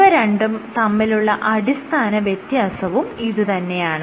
ഇവ രണ്ടും തമ്മിലുള്ള അടിസ്ഥാന വ്യത്യാസവും ഇതുതന്നെയാണ്